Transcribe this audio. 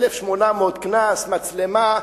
1,800 שקל קנס, מצלמה.